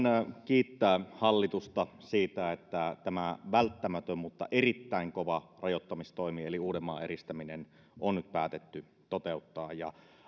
kiittää hallitusta siitä että tämä välttämätön mutta erittäin kova rajoittamistoimi eli uudenmaan eristäminen on nyt päätetty toteuttaa ja